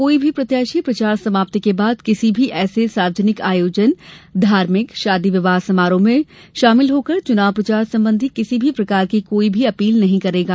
कोई भी प्रत्याशी प्रचार समाप्ति के बाद किसी भी ऐसे सार्वजनिक आयोजन धार्मिक शादी विवाह समारोह में सम्मिलित होकर चुनाव प्रचार संबंधी किसी भी प्रकार की कोई भी अपील नही करेगा